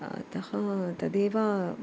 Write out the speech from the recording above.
अतः तदेव